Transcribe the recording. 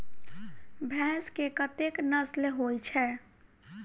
भैंस केँ कतेक नस्ल होइ छै?